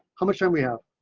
how much time we have